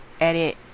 edit